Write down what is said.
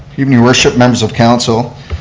evening your worship, members of council,